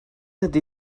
ydy